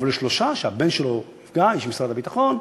אב לשלושה, שהבן שלו נפגע, איש משרד הביטחון.